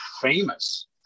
famous